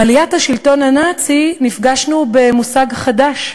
עם עליית השלטון הנאצי נפגשנו במושג חדש,